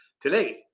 Today